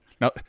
now